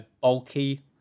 bulky